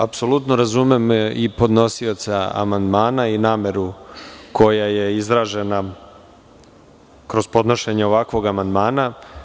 Apsolutno razumem i podnosioca amandmana i nameru koja je izražena kroz podnošenje ovakvog amandmana.